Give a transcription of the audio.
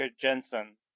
Jensen